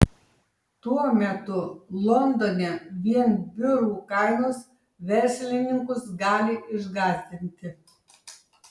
tuo metu londone vien biurų kainos verslininkus gali išgąsdinti